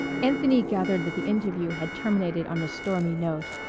anthony gathered that the interview had terminated on a stormy note,